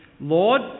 Lord